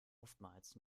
oftmals